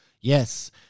Yes